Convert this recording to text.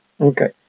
Okay